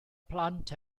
plant